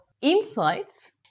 insights